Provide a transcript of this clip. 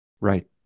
right